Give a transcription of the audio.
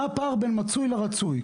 מה הפער בין המצוי לרצוי?